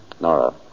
Nora